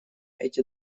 эти